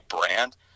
brand